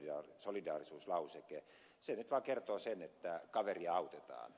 se nyt vaan kertoo sen että kaveria autetaan